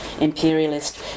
imperialist